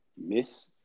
miss